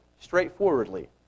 straightforwardly